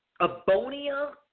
Abonia